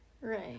right